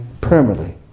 permanently